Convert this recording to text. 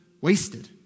wasted